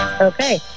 Okay